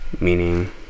Meaning